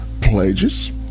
pledges